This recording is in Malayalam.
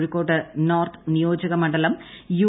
കോഴിക്കോട് നോർത്ത് നിയോജക മണ്ഡലം യു